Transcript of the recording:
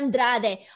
Andrade